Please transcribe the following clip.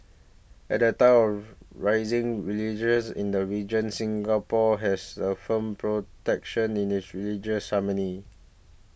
at a time of rising religious in the region Singapore has a firm protection in its religious harmony